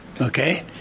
okay